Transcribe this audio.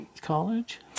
college